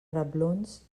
reblons